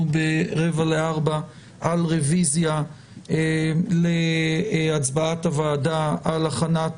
ב-15:45 על רביזיה להצבעת הוועדה על הכנת